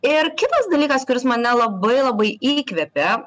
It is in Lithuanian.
ir kitas dalykas kuris mane labai labai įkvėpė